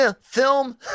film